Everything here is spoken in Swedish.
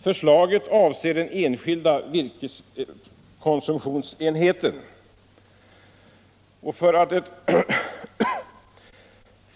Förslaget avser den enskilda virkeskonsumtionsenheten.